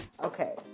Okay